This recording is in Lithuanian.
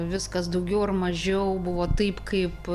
viskas daugiau ar mažiau buvo taip kaip